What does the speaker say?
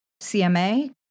CMA